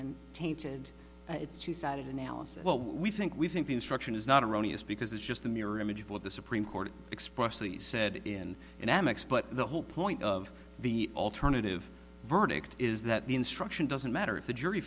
and tainted its two sided analysis we think we think the instruction is not erroneous because it's just the mirror image of what the supreme court expressly said in an amex but the whole point of the alternative verdict is that the instruction doesn't matter if the jury